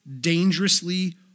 dangerously